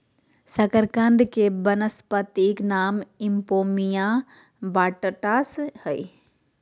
शकरकंद के वानस्पतिक नाम इपोमिया बटाटास हइ